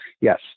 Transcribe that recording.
Yes